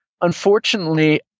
unfortunately